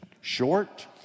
Short